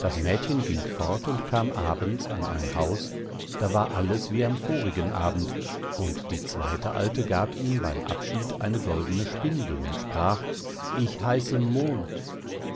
das mädchen ging fort und kam abends an ein haus da war alles wie am vorigen abend und die zweite alte gab ihm beim abschied eine goldene spindel und sprach ich heiße mond